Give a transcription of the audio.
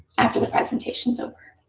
after the presentation's over.